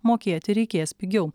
mokėti reikės pigiau